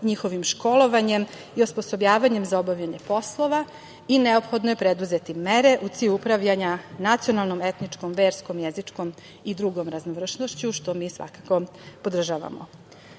njihovim školovanjem i osposobljavanjem za obavljanje poslova i neophodno je preduzeti mere u cilju upravljanja nacionalnom, etničkom, verskom, jezičkom i drugom raznovrsnošću, što mi svakako podržavamo. Da